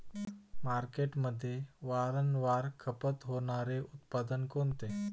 मार्केटमध्ये वारंवार खपत होणारे उत्पादन कोणते?